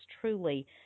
truly